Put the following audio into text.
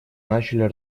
начали